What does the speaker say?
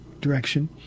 direction